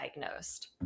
diagnosed